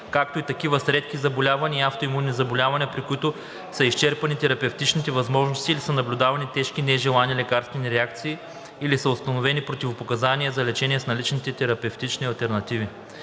както и такива с редки заболявания и автоимунни заболявания, при които се изчерпани терапевтичните възможности или са наблюдавани тежки нежелани лекарствени реакции, или са установени противопоказания за лечение с налични терапевтични алтернативи.